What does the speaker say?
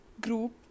group